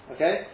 Okay